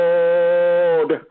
Lord